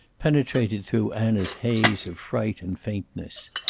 penetrated through anna's haze of fright and faintness.